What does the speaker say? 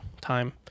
time